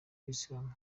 kiyisilamu